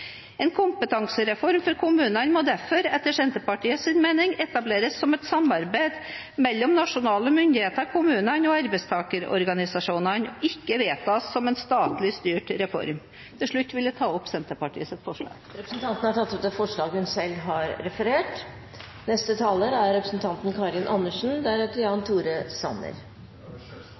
En kompetansereform for kommunene må derfor, etter Senterpartiets mening, etableres som et samarbeid mellom nasjonale myndigheter, kommunene og arbeidstakerorganisasjonene, og ikke vedtas som en statlig styrt reform. Til slutt vil jeg ta opp Senterpartiets forslag. Representanten Heidi Greni har tatt opp det forslaget hun refererte til. Det var et godt innlegg av representanten Greni. Jeg er